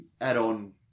add-on